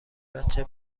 بچه